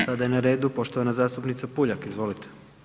Sada je na redu poštovana zastupnica Puljak, izvolite.